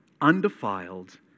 undefiled